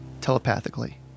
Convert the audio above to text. telepathically